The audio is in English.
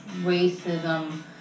racism